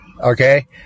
Okay